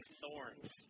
thorns